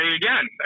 again